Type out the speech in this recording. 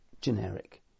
generic